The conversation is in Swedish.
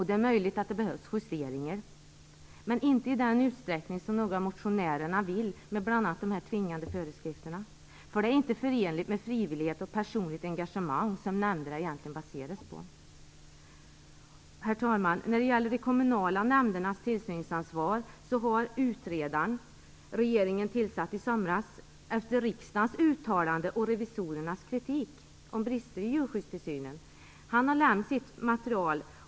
Det är möjligt att det behövs justeringar, men inte i den utsträckning som några av motionärerna vill med bl.a. tvingande föreskrifter. Det vore inte förenligt med frivillighet och personligt engagemang, vilket nämnderna egentligen baseras på. Herr talman! När det gäller de kommunala nämndernas tillsyningsansvar har utredaren, som regeringen tillsatte i somras, efter riksdagens uttalande om och revisorernas kritik mot brister i djurskyddstillsynen lämnat sitt material.